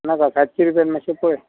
नाका सातशीं रुपयान मातशें पय